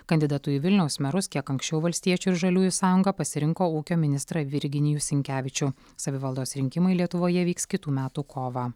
kandidatu į vilniaus merus kiek anksčiau valstiečių ir žaliųjų sąjunga pasirinko ūkio ministrą virginijų sinkevičių savivaldos rinkimai lietuvoje vyks kitų metų kovą